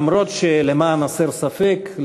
למרות למען הסר ספק,